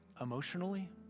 emotionally